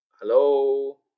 Hello